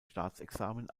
staatsexamen